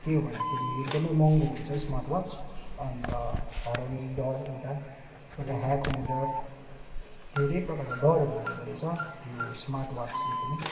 त्यो भन्दाखेरि एकदमै महँगो हुन्छ स्मार्ट वाच अन्त हराउने डर एउटा अन्त ह्याक हुने डर धेरै प्रकारको डरहरू हुँदोरहेछ यो स्मार्ट वाचले पनि